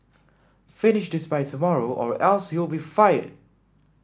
finish this by tomorrow or else you'll be fired